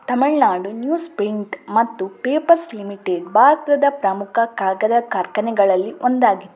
Tamil Nadu newsprint ಮತ್ತು papers limited ಭಾರತದ ಪ್ರಮುಖ ಕಾಗದ ಕಾರ್ಖಾನೆಗಳಲ್ಲಿ ಒಂದಾಗಿದೆ